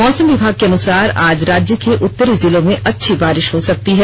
मौसम विमाग के अनुसार आज राज्य के उतरी जिलों में अच्छी बारिश हो सकती है